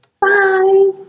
Bye